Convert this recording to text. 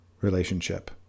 relationship